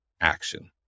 action